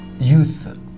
youth